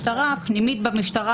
55 עברו עם המלצה לפתיחה